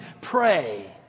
Pray